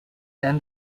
then